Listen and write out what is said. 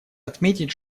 отметить